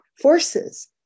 forces